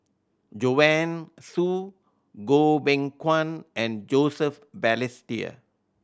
Joanne Soo Goh Beng Kwan and Joseph Balestier